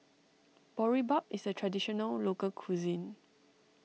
Boribap is a Traditional Local Cuisine